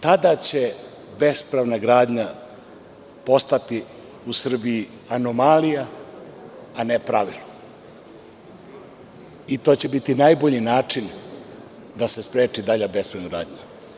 Tada će bespravna gradnja postati u Srbiji anomalija, a ne pravilo i to će biti najbolji način da se spreči dalja bespravna gradnja.